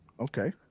Okay